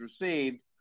received